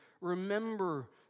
remember